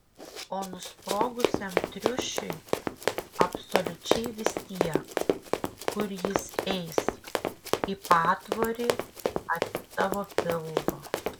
o nusprogusiam triušiui absoliučiai vis tiek kur jis eis į patvorį ar į tavo pilvą